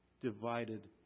divided